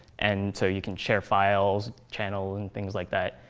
and so you can share files, channels, and things like that.